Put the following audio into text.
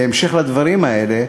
בהמשך לדברים האלה,